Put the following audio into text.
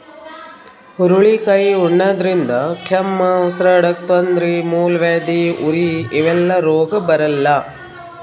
ಹುರಳಿಕಾಯಿ ಉಣಾದ್ರಿನ್ದ ಕೆಮ್ಮ್, ಉಸರಾಡಕ್ಕ್ ತೊಂದ್ರಿ, ಮೂಲವ್ಯಾಧಿ, ಉರಿ ಇವೆಲ್ಲ ರೋಗ್ ಬರಲ್ಲಾ